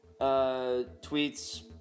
Tweets